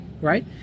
right